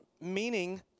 meaning